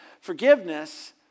forgiveness